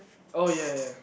oh ya ya